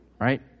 Right